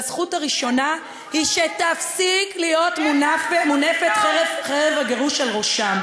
והזכות הראשונה היא שתפסיק להיות מונפת חרב הגירוש מעל ראשם.